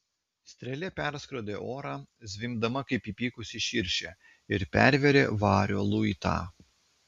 strėlė perskrodė orą zvimbdama kaip įpykusi širšė ir pervėrė vario luitą